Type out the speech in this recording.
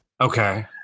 Okay